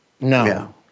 No